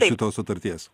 šitos sutarties